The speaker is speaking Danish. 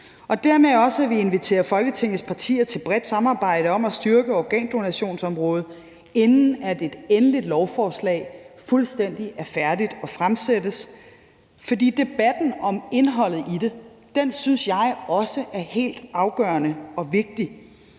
Og dermed inviterer vi også Folketingets partier til et bredt samarbejde om at styrke organdonationsområdet, inden et endeligt lovforslag er fuldstændig færdigt og fremsættes. For debatten om indholdet i det synes jeg også er helt afgørende og vigtig.